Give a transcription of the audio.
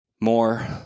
more